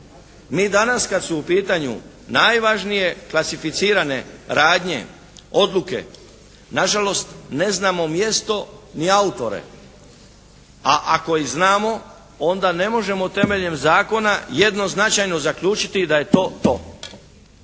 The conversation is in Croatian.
Mi danas kad su u pitanju najvažnije klasificirane radnje, odluke nažalost ne znamo mjesto ni autore, a ako i znamo onda ne možemo temeljem zakona jednoznačajno zaključiti da je to to.